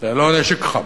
ללא נשק חם,